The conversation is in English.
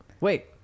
Wait